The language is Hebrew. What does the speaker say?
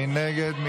מי נגד?